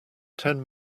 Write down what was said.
ten